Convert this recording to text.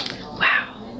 Wow